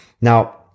Now